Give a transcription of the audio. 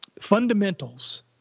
Fundamentals